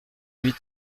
huit